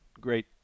great